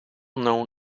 known